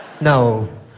No